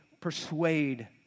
persuade